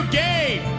game